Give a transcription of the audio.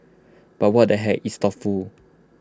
but what the heck it's thoughtful